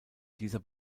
dieser